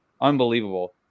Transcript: unbelievable